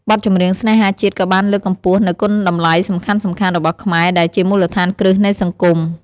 បទចម្រៀងស្នេហាជាតិក៏បានលើកកម្ពស់នូវ គុណតម្លៃសំខាន់ៗរបស់ខ្មែរ ដែលជាមូលដ្ឋានគ្រឹះនៃសង្គម។